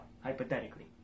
hypothetically